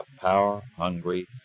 power-hungry